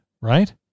right